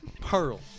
pearl